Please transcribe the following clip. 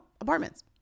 apartments